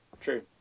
true